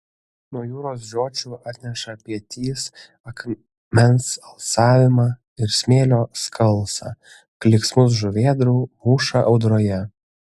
nuo jūros žiočių atneša pietys akmens alsavimą ir smėlio skalsą klyksmus žuvėdrų mūšą audroje